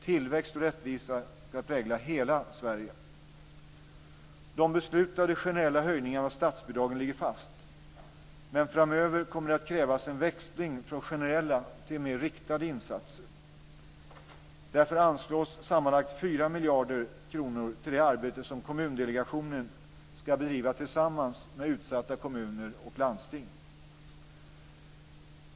Tillväxt och rättvisa skall prägla hela Sverige. De beslutade generella höjningarna av statsbidragen ligger fast, men framöver kommer det att krävas en växling från generella till mer riktade insatser. Därför anslås sammanlagt 4 miljarder kronor till det arbete som Kommundelegationen skall bedriva tillsammans med utsatta kommuner och landsting.